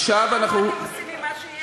עכשיו אנחנו, תראה מה אתם עושים עם מה שיש.